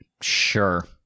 Sure